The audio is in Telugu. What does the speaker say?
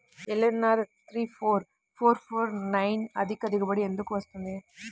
LNR three four four four nine అధిక దిగుబడి ఎందుకు వస్తుంది?